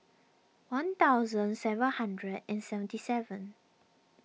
one thousand seven hundred and seventy seven